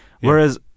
whereas